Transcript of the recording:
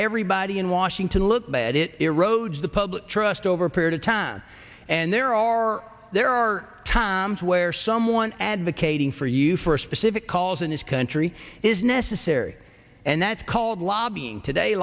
everybody in washington look bad it erodes the public trust over a period of time and there are there are times where someone advocating for you for a specific cause and his country is necessary and that's called lobbying today